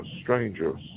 strangers